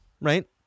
right